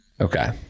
Okay